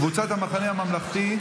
קבוצת סיעת המחנה הממלכתי: